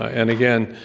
and, again,